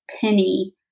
penny